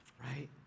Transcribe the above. right